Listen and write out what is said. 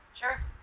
Sure